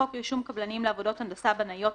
חוק רישום קבלנים לעבודות הנדסה בנאיות,